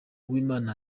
uwimana